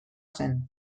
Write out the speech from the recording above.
zen